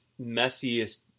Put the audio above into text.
messiest